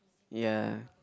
ya